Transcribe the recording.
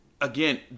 again